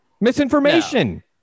misinformation